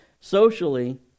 socially